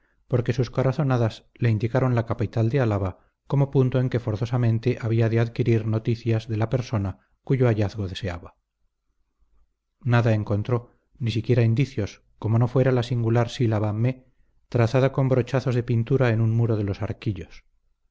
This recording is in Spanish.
porque sus corazonadas le indicaron la capital de álava como punto en que forzosamente había de adquirir noticias de la persona cuyo hallazgo deseaba nada encontró ni siquiera indicios como no fuera la singular sílaba mé trazada con brochazos de pintura en un muro de los